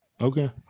Okay